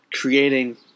Creating